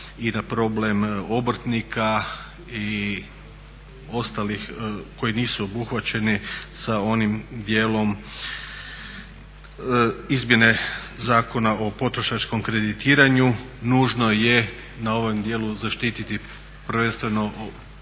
i na problem obrtnika i ostalih koji nisu obuhvaćeni sa onim dijelom izmjene Zakona o potrošačkom kreditiranju nužno je na ovom dijelu zaštiti prvenstveno